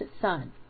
son